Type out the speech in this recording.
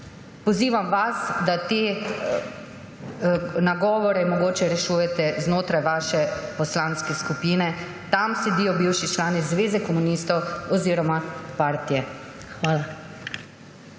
Pozivam vas, da te nagovore mogoče rešujete znotraj svoje poslanske skupine. Tam sedijo bivši člani Zveze komunistov oziroma partije. Hvala.